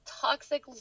toxic